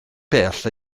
bell